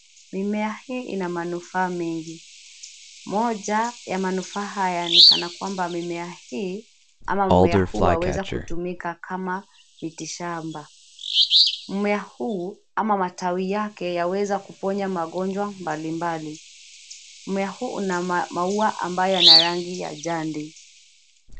Mimea hii ina manufaa mengi. Moja ya manufaa haya ni kana kwamba mimea hii, ama mmea huu waweza kutumika kama miti shamba. Mmea huu, ama matawi yake yaweza kuponya magonjwa mbalimbali. Mmea huu una maua ambayo yana rangi ya jadi.